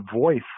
voice